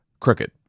CROOKED